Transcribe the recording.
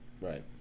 Right